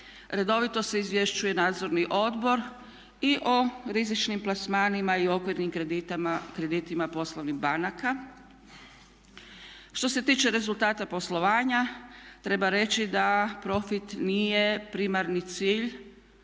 redovito se izvješćuje nadzorni odbor i o rizičnim plasmanima i okvirnim kreditima poslovnih banaka. Što se tiče rezultata poslovanja treba reći da profit nije primarni cilj